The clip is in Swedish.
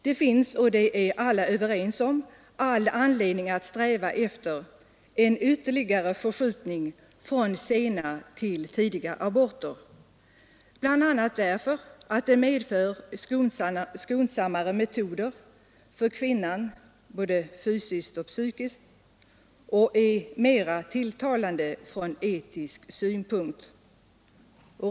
Det finns — och det är alla överens om — all anledning att sträva efter en ytterligare förskjutning från sena till tidiga aborter, bl.a. därför att det medför skonsammare metoder för kvinnan, både fysiskt och psykiskt, och är mera tilltalande från etisk synpunkt.